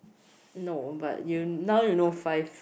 no but now you know five